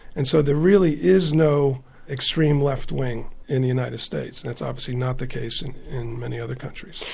and so there really is no extreme left wing in the united states and that's obviously not the case in in many other countries.